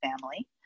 family